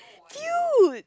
dude